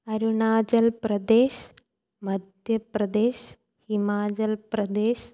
Arunachal Pradesh Madhya Pradesh Himachal Pradesh